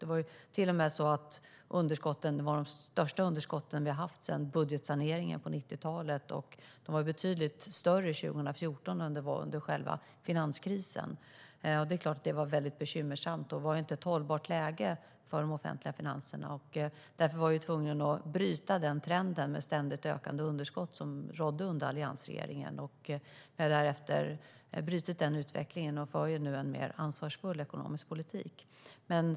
Det var till och med så att underskotten var de största vi har haft sedan budgetsaneringen på 90-talet, och de var betydligt större 2014 än under själva finanskrisen. Det är klart att det var väldigt bekymmersamt och inte ett hållbart läge för de offentliga finanserna. Därför var vi tvungna att bryta trenden med ständigt ökande underskott som rådde under alliansregeringen. Vi har därefter brutit den utvecklingen och för nu en mer ansvarsfull ekonomisk politik.